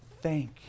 Thank